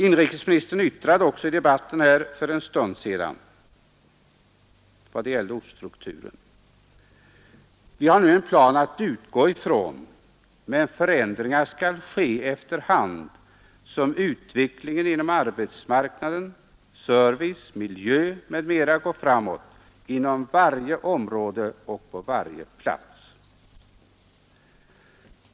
Inrikesministern yttrade också för en stund sedan i debatten i fråga om ortsstrukturen: Vi har nu en plan att utgå ifrån, när förändringar skall ske efter hand som utvecklingen inom arbetsmarknad, service, miljö m.m. går framåt inom varje område och på varje plats.